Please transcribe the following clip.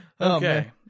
Okay